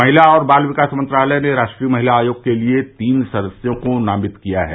महिला और बाल विकास मंत्रालय ने राष्ट्रीय महिला आयोग के लिए तीन सदस्यों को नामित किया है